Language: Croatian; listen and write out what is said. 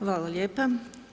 Hvala lijepa.